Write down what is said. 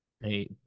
Hey